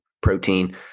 protein